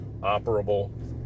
operable